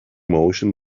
motion